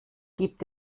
gibt